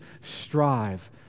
strive